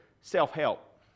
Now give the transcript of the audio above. self-help